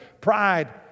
Pride